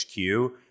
HQ